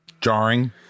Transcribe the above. Jarring